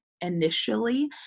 initially